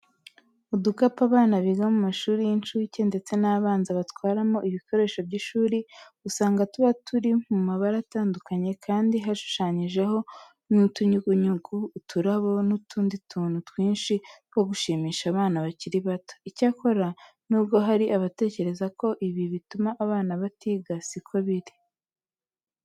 Udukapu abana biga mu mashuri y'incuke ndetse n'abanza batwaramo ibikoresho by'ishuri, usanga tuba turi mu mabara atandukanye, kandi hashushanyijeho nk'utunyugunyugu, uturabo n'utundi tuntu twinshi two gushimisha abana bakiri bato. Icyakora nubwo hari abatekereza ko ibi bituma abana batiga, si ko biri.